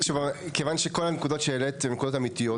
כיוון שכל הנקודות שאלה הן נקודות אמיתיות,